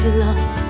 love